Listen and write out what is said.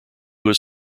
was